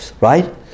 Right